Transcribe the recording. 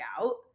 out